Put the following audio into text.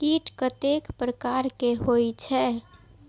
कीट कतेक प्रकार के होई छै?